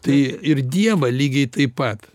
tai ir dievą lygiai taip pat